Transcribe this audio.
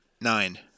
nine